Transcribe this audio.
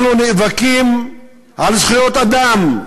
אנחנו נאבקים על זכויות אדם,